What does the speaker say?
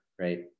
right